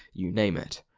you name it.